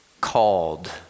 called